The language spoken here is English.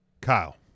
Kyle